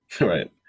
Right